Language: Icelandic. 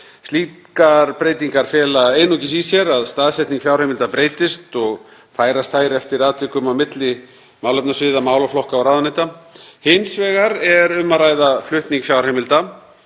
Slíkar breytingar fela einungis í sér að staðsetning fjárheimilda breytist og færast þær eftir atvikum á milli málefnasviða, málaflokka og ráðuneyta. Hins vegar er um að ræða flutning fjárheimilda